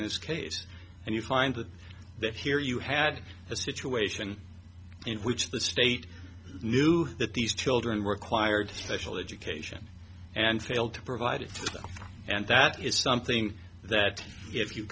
this case and you find that here you had a situation in which the state knew that these children were required to special education and failed to provide it and that is something that if you